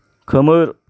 खोमोर